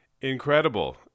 incredible